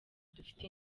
dufite